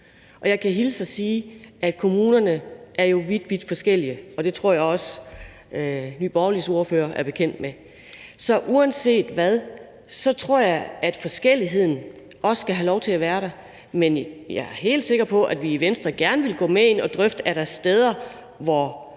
Og jeg kan hilse og sige, at kommunerne jo er vidt, vidt forskellige, og det tror jeg også Nye Borgerliges ordfører er bekendt med. Uanset hvad tror jeg, at forskelligheden også skal have lov til at være der, men jeg er helt sikker på, at vi i Venstre gerne vil gå med ind og drøfte, om der er steder, hvor pengene